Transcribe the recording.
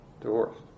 Divorced